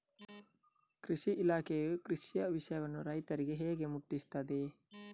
ಕೃಷಿ ಇಲಾಖೆಯು ಕೃಷಿಯ ವಿಷಯವನ್ನು ರೈತರಿಗೆ ಹೇಗೆ ಮುಟ್ಟಿಸ್ತದೆ?